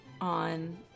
on